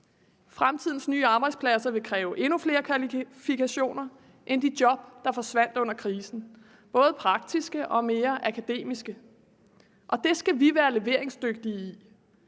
Fremtidens nye arbejdspladser vil kræve endnu flere kvalifikationer end de job, der forsvandt under krisen, både praktiske og mere akademiske, og det skal vi være leveringsdygtige i.